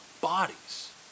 bodies